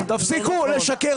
תפסיקו לשקר.